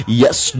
yes